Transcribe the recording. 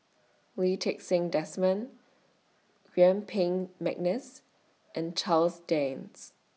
Lee Ti Seng Desmond Yuen Peng Mcneice and Charles Dyce